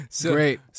great